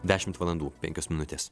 dešimt valandų penkios minutės